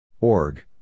Org